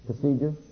procedure